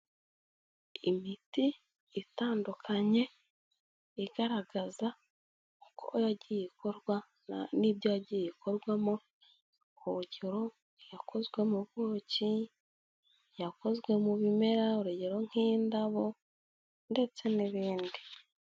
Imiti itandukanye igaragaza uko yagiye ikorwa n'ibyo yagiye ikorwamo, urugero iyakozwe mu buki iyakozwe mu bimera uregero nk'indabo ndetse n'ibindi.